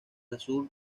azul